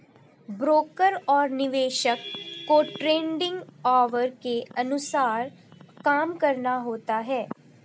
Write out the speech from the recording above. broker और निवेशक को ट्रेडिंग ऑवर के अनुसार काम करना होता है